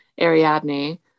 Ariadne